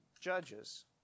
Judges